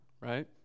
right